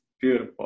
beautiful